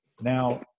Now